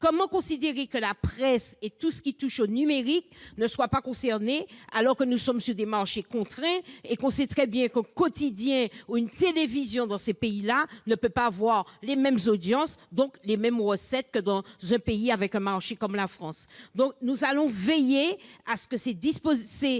peut-on considérer que la presse et tout ce qui touche au numérique ne soient pas concernés, alors que nous sommes sur des marchés contraints ? On sait très bien qu'un quotidien ou une télévision, dans ces pays-là, ne peut pas avoir les mêmes audiences, donc les mêmes recettes, qu'un média dans un pays disposant d'un marché, comme la France. Nous veillerons à ce que ces différentes